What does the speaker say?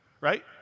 right